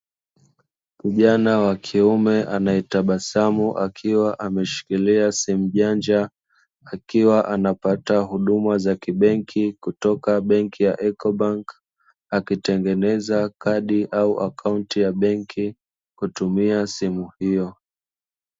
Kijana wa kiume anaetabasamu, akiwa ameshikilia simu janja akiwa anapata huduma za kibenki, kutoka benki ya (Ecobank) akitengeneza kadi au akaunti ya benki kutumia simu hiyo.